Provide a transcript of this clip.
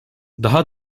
daha